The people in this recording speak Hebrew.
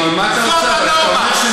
נו, אז מה אתה רוצה?